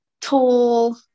tall